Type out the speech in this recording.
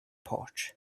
porch